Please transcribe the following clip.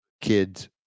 kids